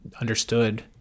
understood